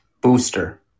booster